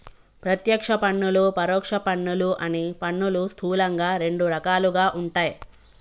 ప్రత్యక్ష పన్నులు, పరోక్ష పన్నులు అని పన్నులు స్థూలంగా రెండు రకాలుగా ఉంటయ్